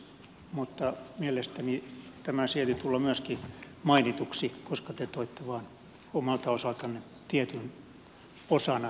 mutta mielestäni tämä sieti tulla myöskin mainituksi koska te toitte vain omalta osaltanne tietyn osan asioista julkisuuteen